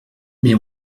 mais